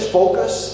focus